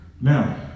Now